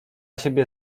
siebie